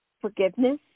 forgiveness